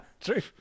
true